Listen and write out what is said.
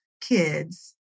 kids